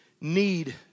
need